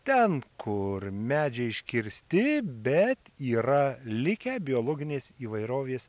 ten kur medžiai iškirsti bet yra likę biologinės įvairovės